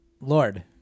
Lord